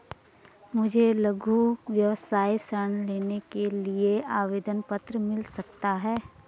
मुझे लघु व्यवसाय ऋण लेने के लिए आवेदन पत्र मिल सकता है?